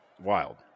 Wild